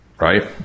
right